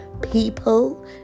people